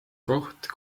koht